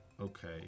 Okay